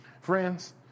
friends